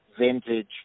vintage